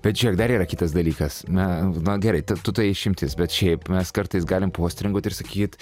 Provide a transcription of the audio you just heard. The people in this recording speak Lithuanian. bet žiūrėk dar yra kitas dalykas na va gerai tu tai išimtis bet šiaip mes kartais galim postringauti ir sakyt